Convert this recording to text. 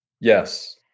Yes